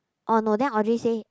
orh no then Audrey say